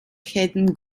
hätten